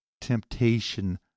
temptation